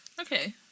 Okay